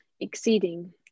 Exceeding